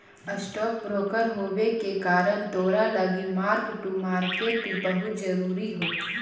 stock broker होबे के कारण तोरा लागी मार्क टू मार्केट बहुत जरूरी हो